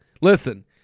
listen